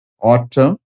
autumn